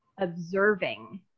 observing